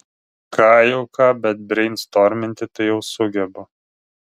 ką jau ką bet breinstorminti tai jau sugebu